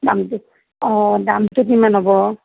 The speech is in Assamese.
দামটো অ' দামটো কিমান হ'ব